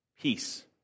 peace